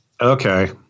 okay